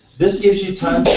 this gives you time